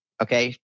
Okay